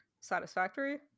satisfactory